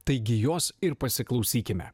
taigi jos ir pasiklausykime